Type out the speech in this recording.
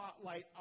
spotlight